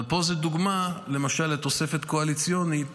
אבל פה זו דוגמה למשל לתוספת קואליציונית